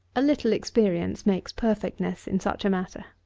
a little experience makes perfectness in such a matter.